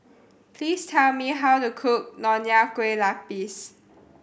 please tell me how to cook Nonya Kueh Lapis